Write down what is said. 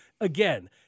again